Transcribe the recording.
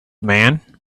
man